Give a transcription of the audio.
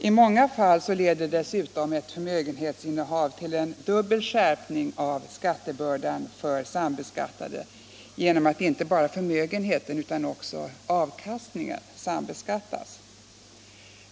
I många fall leder dessutom ett förmögenhetsinnehav till en dubbel skärpning av skattebördan för sambeskattade genom att inte bara förmögenheten utan också avkastningen sambeskattas.